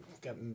got